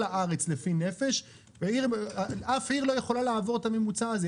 הארץ לפי נפש ואף עיר לא יכולה לעבור את הממוצע הזה,